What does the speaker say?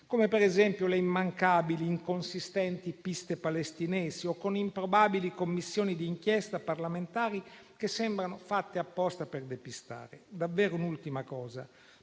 come per esempio le immancabili, inconsistenti piste palestinesi o con improbabili Commissioni di inchiesta parlamentari che sembrano fatte apposta per depistare. Aggiungo un'ultima cosa.